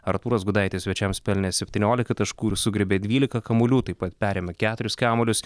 artūras gudaitis svečiams pelnė septyniolika taškų ir sugriebė dvylika kamuolių taip pat perėmė keturis kamuolius